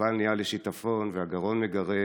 והמפל נהיה לשיטפון, הגרון מגרד,